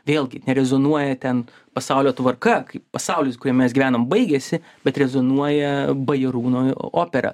vėlgi nerezonuoja ten pasaulio tvarka kaip pasaulis kuriam mes gyvenam baigėsi bet rezonuoja bajorūno opera